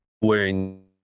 wearing